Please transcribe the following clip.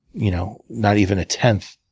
you know not even a tenth,